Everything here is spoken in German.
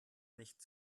nicht